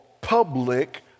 public